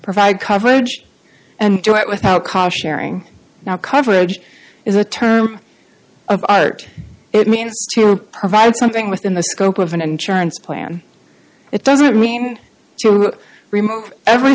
provide coverage and do it without cost sharing now coverage is a term of art it means provide something within the scope of an insurance plan it doesn't mean to remove every